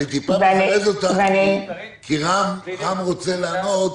אני טיפה מזרז אותך, כי רם רוצה לענות